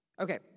Okay